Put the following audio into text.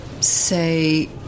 say